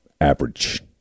average